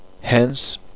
Hence